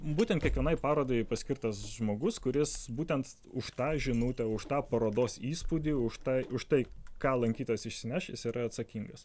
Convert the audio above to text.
būtent kiekvienai parodai paskirtas žmogus kuris būtent už tą žinutę už tą parodos įspūdį už tą už tai ką lankytojas išsineš jis yra atsakingas